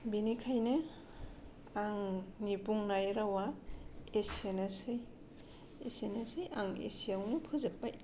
बेनिखायनो आंनि बुंनाय रावा एसेनोसै एसेनोसै आं एसेयावनो फोजोब्बाय